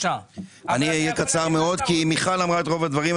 אני אהיה קצר מאוד כי מיכל אמרה את רוב הדברים.